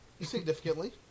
significantly